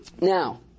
Now